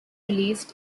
released